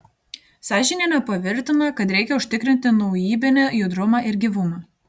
sažinienė pavirtina kad reikia užtikrinti naujybinį judrumą ir gyvumą